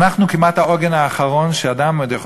אנחנו כמעט העוגן האחרון שאדם עוד יכול